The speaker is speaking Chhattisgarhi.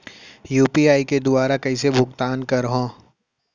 यू.पी.आई के दुवारा कइसे भुगतान करहों?